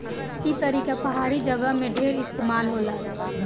ई तरीका पहाड़ी जगह में ढेर इस्तेमाल होला